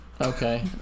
Okay